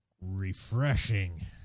refreshing